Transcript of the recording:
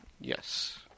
Yes